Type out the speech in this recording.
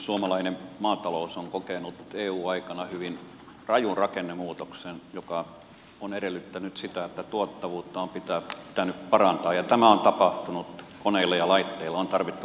suomalainen maatalous on kokenut eu aikana hyvin rajun rakennemuutoksen joka on edellyttänyt sitä että tuottavuutta on pitänyt parantaa ja tämä on tapahtunut koneilla ja laitteilla on tarvittu valtavasti pääomaa